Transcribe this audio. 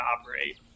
operate